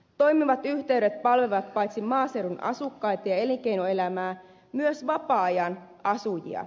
toimivat yhteydet palvelevat paitsi maaseudun asukkaita ja elinkeinoelämää myös vapaa ajan asujia